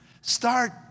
start